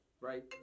right